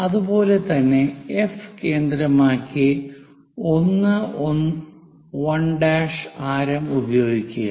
അതുപോലെ തന്നെ എഫ് കേന്ദ്രമാക്കി 1 1 ആരം ഉപയോഗിക്കുക